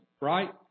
right